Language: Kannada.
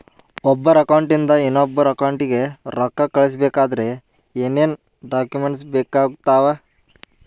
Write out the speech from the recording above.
ಒಬ್ಬರ ಅಕೌಂಟ್ ಇಂದ ಇನ್ನೊಬ್ಬರ ಅಕೌಂಟಿಗೆ ರೊಕ್ಕ ಕಳಿಸಬೇಕಾದ್ರೆ ಏನೇನ್ ಡಾಕ್ಯೂಮೆಂಟ್ಸ್ ಬೇಕಾಗುತ್ತಾವ?